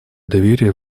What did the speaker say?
доверие